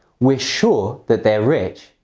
we're sure that they're rich,